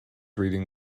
reading